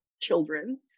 children